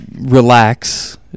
relax